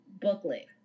booklet